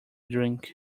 drink